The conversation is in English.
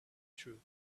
through